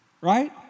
right